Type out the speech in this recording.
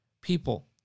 people